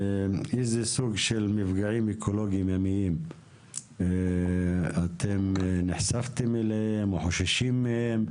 איזה סוג של מפגעים אקולוגיים ימיים אתם נחשפתם אליהם או חוששים מהם,